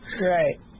right